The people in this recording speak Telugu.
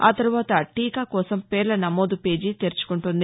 ఆతరువాత టీకా కోసం పేర్ల నమోదు పేజీ తెరుచుకుంటోంది